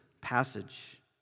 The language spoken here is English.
passage